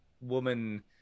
woman